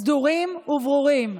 סדורים וברורים,